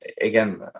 again